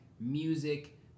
music